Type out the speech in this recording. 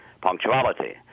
punctuality